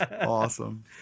Awesome